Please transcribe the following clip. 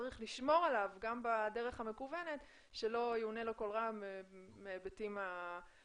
צריך לשמור עליו גם בדרך המקוונת שלא יאונה לו כל רע מהיבטים אחרים.